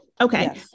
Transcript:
Okay